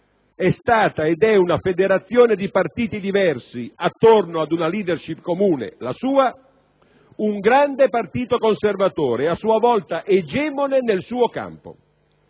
è stata ed è una federazione di partiti diversi attorno a una *leadership* comune (la sua), si avrà un grande partito conservatore, a sua volta egemone nel suo campo.